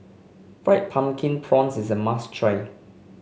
Fried Pumpkin Prawns is a must try